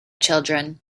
children